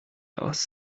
aus